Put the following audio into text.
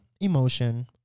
emotion